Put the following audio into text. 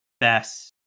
best